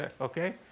okay